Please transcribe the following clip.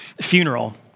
funeral